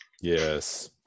yes